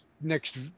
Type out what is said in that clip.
next